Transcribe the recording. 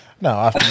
No